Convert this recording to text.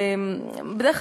ובדרך כלל,